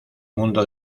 mundo